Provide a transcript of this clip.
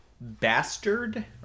Bastard